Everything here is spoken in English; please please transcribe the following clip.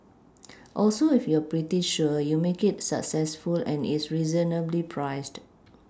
also if you're pretty sure you make it successful and it's reasonably priced